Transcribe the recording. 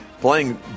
playing